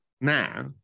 now